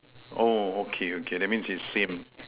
oh okay okay that means is same